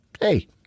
hey